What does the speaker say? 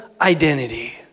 identity